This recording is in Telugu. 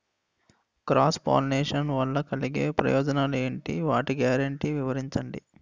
క్రాస్ పోలినేషన్ వలన కలిగే ప్రయోజనాలు ఎంటి? వాటి గ్యారంటీ వివరించండి?